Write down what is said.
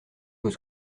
vos